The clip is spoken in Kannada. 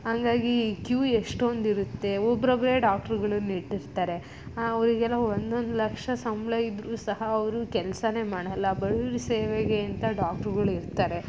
ಹಾಗಾಗಿ ಈ ಕ್ಯೂ ಎಷ್ಟೊಂದು ಇರುತ್ತೆ ಒಬ್ಬರೊಬ್ರೆ ಡಾಕ್ಟ್ರುಗಳನ್ನ ಇಟ್ಟಿರ್ತಾರೆ ಅವರಿಗೆಲ್ಲ ಒಂದೊಂದು ಲಕ್ಷ ಸಂಬಳ ಇದ್ದರೂ ಸಹ ಅವರು ಕೆಲಸನೇ ಮಾಡೋಲ್ಲ ಬಡವ್ರ ಸೇವೆಗೆ ಅಂತ ಡಾಕ್ಟ್ರುಗಳು ಇರ್ತಾರೆ